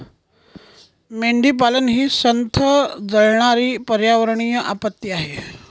मेंढीपालन ही संथ जळणारी पर्यावरणीय आपत्ती आहे